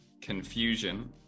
confusion